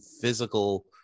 physical